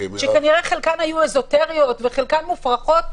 שכנראה חלקן היו אזוטריות וחלקן מופרכות,